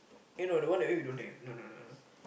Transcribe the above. eh no the one then we don't have no no no